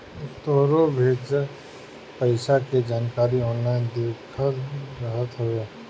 तोहरो भेजल पईसा के जानकारी ऑनलाइन देहल रहत हवे